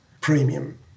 premium